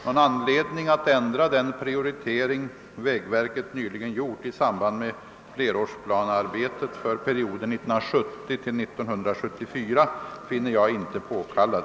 Någon anledning att ändra den prioritering vägverket nyligen gjort i samband med flerårsplanearbetet för perioden 1970-—1974 finner jag inte påkallad.